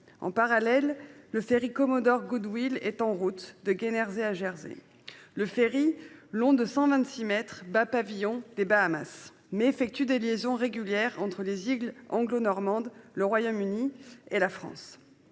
En parallèle, le ferry est en route de Guernesey à Jersey. Le bâtiment, long de 126 mètres, bat pavillon des Bahamas, mais effectue des liaisons régulières entre les îles anglo-normandes, le Royaume-Uni et la France.